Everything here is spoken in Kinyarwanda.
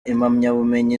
impamyabumenyi